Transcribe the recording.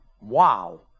Wow